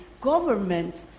government